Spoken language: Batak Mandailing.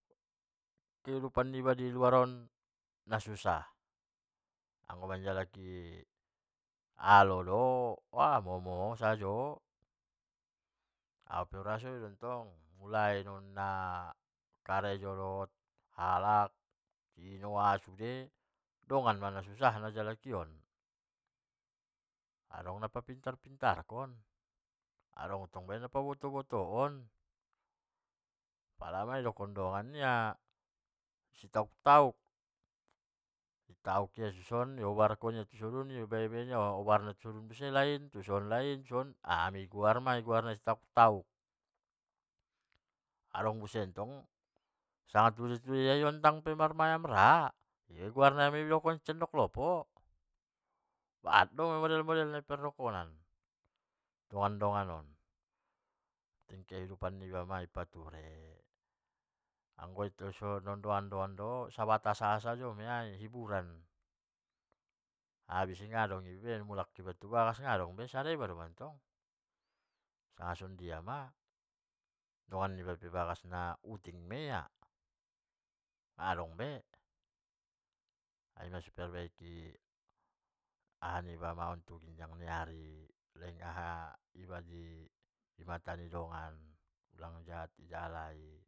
Kehidupan niba di luar on nasusah, anggo manjalaki alo do momo sajo, au pe ma urasoi do mulai ma nakarejo rap alak dongan ma nasusah na jalakion, adong na pa pintar-pintar kon adong tong napa boto-boto on pala mai dokkon dongan nia si tauk-tauk, i tauk kon ia tusadun di obar kon ia tusadun di oban obar nai tuson ulai, tuson ulai ahama guarnai din si tauk-tauk, adong museng tong sanga tudia di undang marmayam ra in idokkon guarna condok lopo, bahat do model-model na naso tardokkonan dongan-dongan on, kehidupan niba masoni di pature anggo tarsongon dongan-dongan do sebatas hiburan i sajo do, habis i nadong be mulak iba tubagas sada iba domantong sanga songon dia ma, dongan niba pe ibagas huting maia nadong be. napotting nadipature tuginjang niari sifat niba ma di mata ni dongan ulang jat di mata ni jalai.